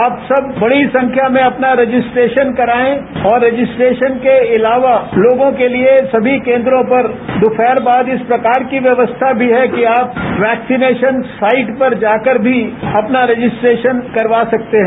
आप सब बड़ी संख्या में अपना रजिस्ट्रेशन कराए और रजिस्ट्रेशन के अलावा लोगों के लिए सभी केन्द्रों पर दोपहर बाद इस प्रकार की व्यवस्था भी है कि आप वैक्सीनेशन साइट पर जाकर भी अपना रजिस्ट्रेशन करवा सकते हैं